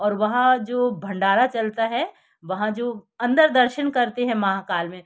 और वहाँ जो भंडरा चलता है वहाँ जो अन्दर दर्शन करते हैं महाकाल में